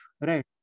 right